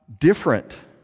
different